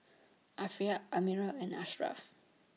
Arifa Ammir and Ashraff